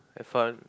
have fun